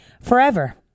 forever